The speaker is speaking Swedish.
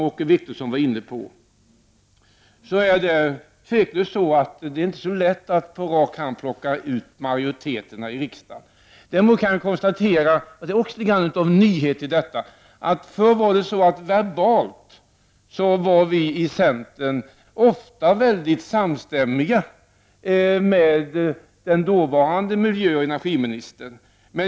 Åke Wictorsson var inne på majoriteter. Det är inte så lätt att på rak arm peka ut majoriteterna i riksdagen. Förr var vi i centern ofta verbalt samstämmiga med den dåvarande miljöoch energiministern.